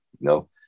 No